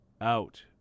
out